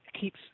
keeps